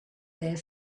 their